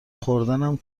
خوردنم